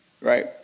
right